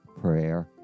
prayer